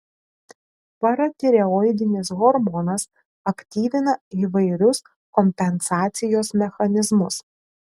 paratireoidinis hormonas aktyvina įvairius kompensacijos mechanizmus